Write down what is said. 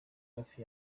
hafi